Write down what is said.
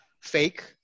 fake